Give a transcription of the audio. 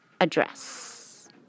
address